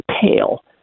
pale